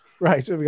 Right